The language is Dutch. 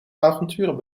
avonturen